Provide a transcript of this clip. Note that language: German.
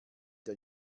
der